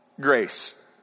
grace